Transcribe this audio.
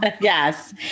Yes